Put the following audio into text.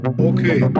Okay